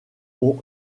ont